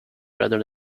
rather